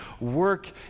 Work